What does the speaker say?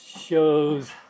shows